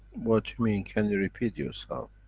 what do you mean? can you repeat yourself?